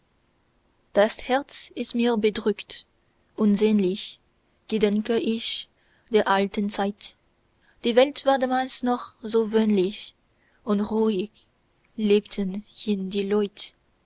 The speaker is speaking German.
das herz ist mir bedrückt und sehnlich gedenke ich der alten zeit die welt war damals noch so wöhnlich und ruhig lebten hin die leut